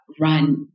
run